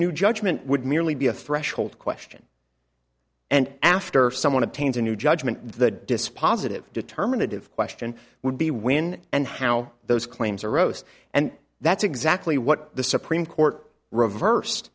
new judgment would merely be a threshold question and after someone obtains a new judgment the dispositive determinative question would be when and how those claims arose and that's exactly what the supreme court reversed